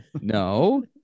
no